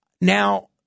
Now